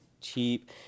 cheap